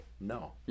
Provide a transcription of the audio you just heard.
no